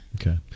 Okay